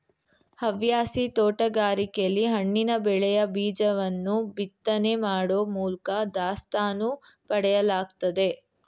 ಹವ್ಯಾಸಿ ತೋಟಗಾರಿಕೆಲಿ ಹಣ್ಣಿನ ಬೆಳೆಯ ಬೀಜವನ್ನು ಬಿತ್ತನೆ ಮಾಡೋ ಮೂಲ್ಕ ದಾಸ್ತಾನು ಪಡೆಯಲಾಗ್ತದೆ